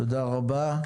תודה רבה.